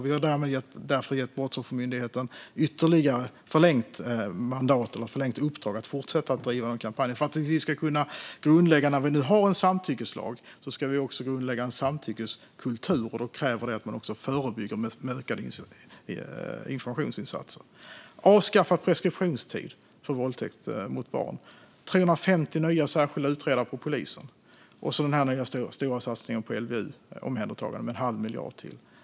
Vi har därför förlängt Brottsoffermyndighetens uppdrag att driva den kampanjen. När vi nu har en samtyckeslag ska vi också grundlägga en samtyckeskultur, och då kräver det att man förebygger med ökade informationsinsatser. Vi har avskaffat preskriptionstiden för våldtäkt mot barn. Vi har 350 nya särskilda utredare på polisen, och så den nya stora satsningen på LVU-omhändertagande med ytterligare en halv miljard.